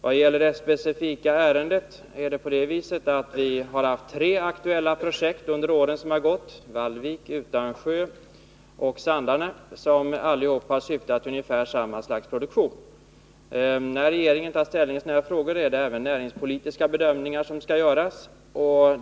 Vad gäller det specifika ärendet vill jag säga att vi har haft tre aktuella projekt under de år som gått, nämligen Vallvik, Utansjö och Sandarne, som alla har gällt ungefär samma slags produktion. När regeringen tar ställning till sådana här frågor måste även näringspolitiska bedömningar göras.